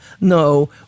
No